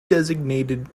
designated